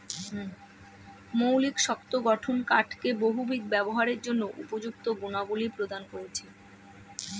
মৌলিক শক্ত গঠন কাঠকে বহুবিধ ব্যবহারের জন্য উপযুক্ত গুণাবলী প্রদান করেছে